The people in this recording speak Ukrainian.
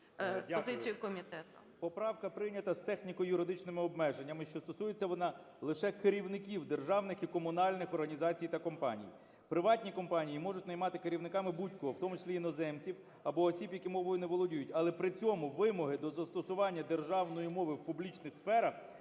Дякую. Поправка прийнята з техніко-юридичними обмеженнями, що стосується вона лише керівників державних і комунальних організацій та компаній. Приватні компанії можуть наймати керівниками будь-кого, в тому числі іноземців або осіб, які мовою не володіють. Але при цьому вимоги до застосування державної мови в публічних сферах,